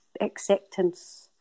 acceptance